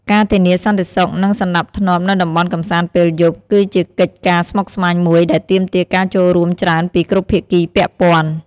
ការធានាសន្តិសុខ និងសណ្តាប់ធ្នាប់នៅតំបន់កម្សាន្តពេលយប់ គឺជាកិច្ចការស្មុគស្មាញមួយដែលទាមទារការចូលរួមច្រើនពីគ្រប់ភាគីពាក់ព័ន្ធ។